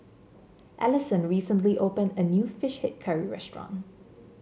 Allyson recently opened a new fish head curry restaurant